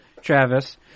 Travis